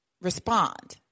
respond